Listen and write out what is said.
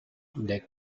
the